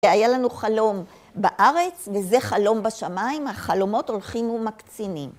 היה לנו חלום בארץ, וזה חלום בשמיים, החלומות הולכים ומקצינים.